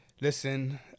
Listen